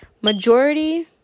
Majority